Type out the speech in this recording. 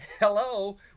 Hello